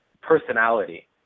personality